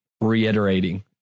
reiterating